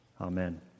Amen